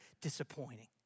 disappointing